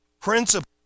principle